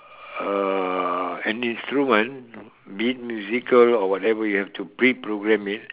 uh an instrument be it musical or whatever you have to pre-program it